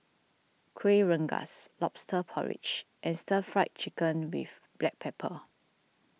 Kuih Rengas Lobster Porridge and Stir Fry Chicken with Black Pepper